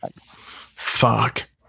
fuck